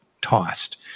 tossed